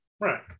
Right